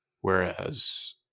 whereas